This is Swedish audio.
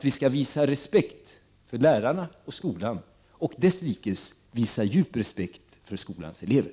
Vi skall visa respekt för lärarna och skolan, och vi skall desslikes visa djup respekt för skolans elever.